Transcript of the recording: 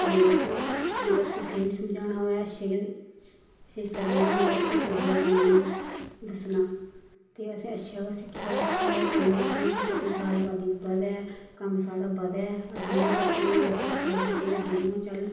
ते मगर कुसै गी बी समझाना होऐ अच्छे गै मगर कुसै गी बुरा कम्म नी दस्सना ते वैसे अच्छा गै सिक्खेआ अच्छा गै चलने आं अस इयै सोचने आं साढ़ी अबादी बधै कम्म साढ़ा बधै अस इ'यां करचै उ'यां करचै साढ़ै बच्चे बी अग्गें उ'यां चलन